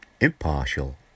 impartial